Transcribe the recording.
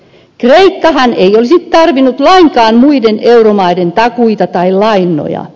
kreikkahan ei olisi tarvinnut lainkaan muiden euromaiden takuita tai lainoja